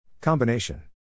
Combination